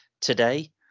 today